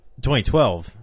2012